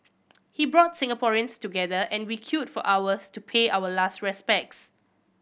he brought Singaporeans together and we queued for hours to pay our last respects